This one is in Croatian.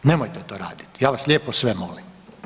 Da, nemojte to raditi ja vas lijepo sve molim.